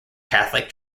catholic